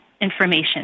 information